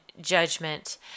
judgment